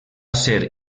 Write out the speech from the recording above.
ser